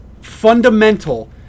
fundamental